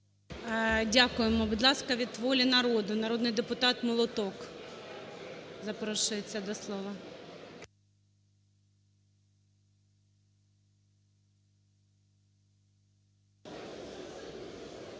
Дякуємо. Будь ласка, від "Волі народу" народний депутат Молоток запрошується до слова.